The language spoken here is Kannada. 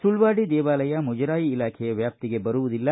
ಸುಳ್ವಾಡಿ ದೇವಾಲಯ ಮುಜರಾಯಿ ಇಲಾಖೆಯ ವ್ಯಾಪ್ತಿಗೆ ಬರುವುದಿಲ್ಲ